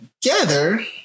together